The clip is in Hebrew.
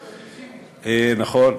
נכון,